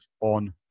on